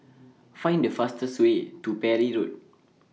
Find The fastest Way to Parry Road